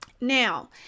now